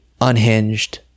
unhinged